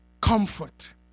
comfort